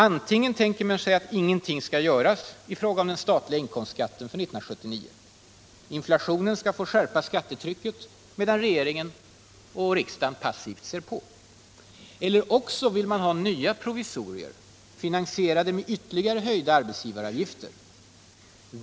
Antingen tänker man sig att ingenting skall göras i fråga om den statliga inkomstskatten för 1979; inflationen skall få skärpa skattetrycket medan regeringen och riksdagen passivt ser på. Eller också vill man ha nya provisorier, finansierade med ytterligare höjda arbetsgivaravgifter.